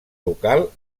local